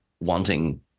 wanting